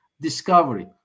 discovery